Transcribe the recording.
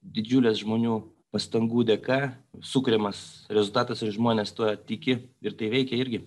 didžiulės žmonių pastangų dėka sukuriamas rezultatas ir žmonės tuo tiki ir tai veikia irgi